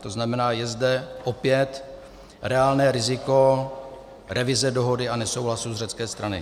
To znamená, je zde opět reálné riziko revize dohody a nesouhlasu z řecké strany.